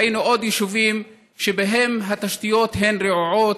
ראינו עוד יישובים שבהם התשתיות הן רעועות,